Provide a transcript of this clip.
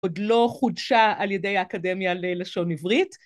עוד לא חודשה על ידי האקדמיה ללשון עברית.